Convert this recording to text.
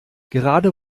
gerade